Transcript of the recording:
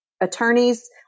Attorneys